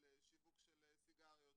על שיווק של סיגריות,